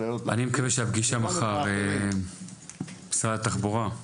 הפגישה מחר במשרד התחבורה,